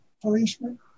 policemen